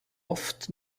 oft